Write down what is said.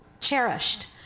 cherished